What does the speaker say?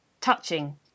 touching